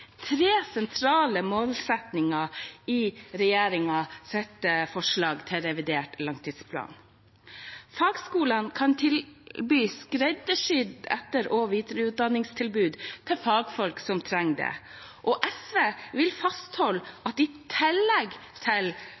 tre sentrale målsettinger i regjeringens forslag til revidert langtidsplan. Fagskolene kan tilby skreddersydd etter- og videreutdanningstilbud til fagfolk som trenger det. SV vil fastholde at i tillegg til